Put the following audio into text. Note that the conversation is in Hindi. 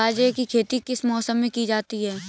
बाजरे की खेती किस मौसम में की जाती है?